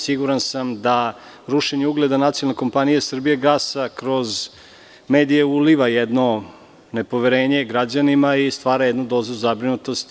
Siguran sam da rušenje ugleda nacionalne kompanije „Srbijagasa“ kroz medije uliva jedno nepoverenje građanima i stvara jednu dozu zabrinutosti.